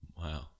wow